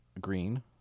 Green